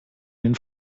den